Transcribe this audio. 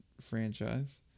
franchise